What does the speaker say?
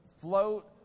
float